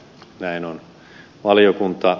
näin on valiokunta